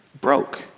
broke